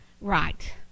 right